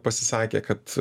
pasisakė kad